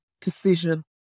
decision